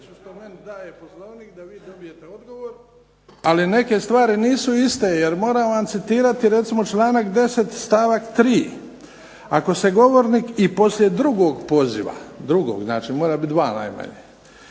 ali neke stvari nisu iste, jer moram vam citirati recimo članak 10. stavak 3., ako se govornik i poslije drugog poziva, drugog znači mora biti dva najmanje,